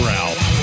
Ralph